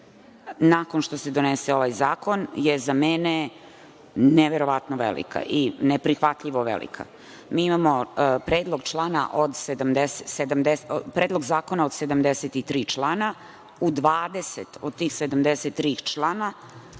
nakon što se donese ovaj zakon je za mene neverovatno velika i neprihvatljivo velika. Mi imamo Predlog zakona od 73 člana. U 20 od ta 73 člana